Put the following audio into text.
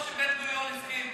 כמו שבן-גוריון הסכים